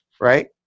right